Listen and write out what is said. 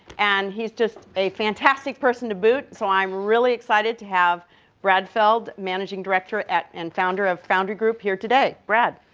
and he is just a fantastic person to boot. so i'm really excited to have brad feld, managing director at, and founder of, foundry group here today. brad?